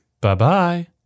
Bye-bye